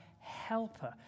helper